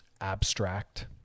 abstract